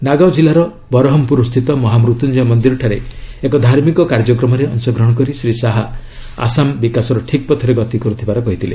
ନାଗାଓଁ କିଲ୍ଲାର ବରହମପୁରସ୍ଥିତ ମହା ମୃତ୍ୟୁଞ୍ଜୟ ମନ୍ଦିରଠାରେ ଏକ ଧାର୍ମିକ କାର୍ଯ୍ୟକ୍ରମରେ ଅଂଶଗ୍ରହଣ କରି ଶ୍ରୀ ଶାହା ଆସାମ ବିକାଶର ଠିକ୍ ପଥରେ ଗତି କରୁଥିବାର କହିଥିଲେ